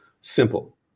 simple